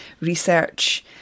research